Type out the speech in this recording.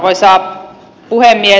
arvoisa puhemies